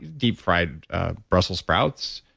deep fried brussels sprouts.